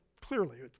clearly